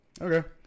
Okay